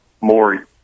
more